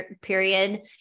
period